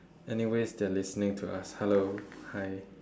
anyways they are listening to us hello hi